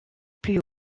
plus